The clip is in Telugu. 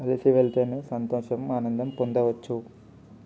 కలిసి వెళ్తేనే సంతోషం ఆనందం పొందవచ్చు